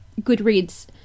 Goodreads